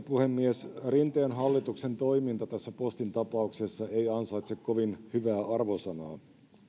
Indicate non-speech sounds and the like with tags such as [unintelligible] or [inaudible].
[unintelligible] puhemies rinteen hallituksen toiminta tässä postin tapauksessa ei ansaitse kovin hyvää arvosanaa